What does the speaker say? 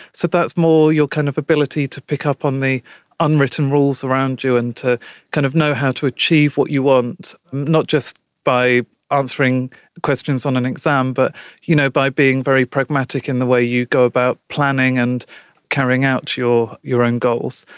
so that's more your kind of ability to pick up on the unwritten rules around you and to kind of know how to achieve what you want, not just by answering questions on an exam but you know by being very pragmatic in the way you go about planning and carrying out your your own goals.